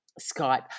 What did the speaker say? Skype